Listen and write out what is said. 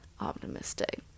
optimistic